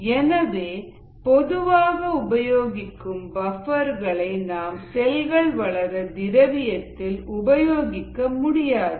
எனவே பொதுவாக உபயோகிக்கும் பஃப்பர்ர்களை நாம் செல்கள் வளர திரவியத்தில் உபயோகிக்க முடியாது